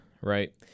right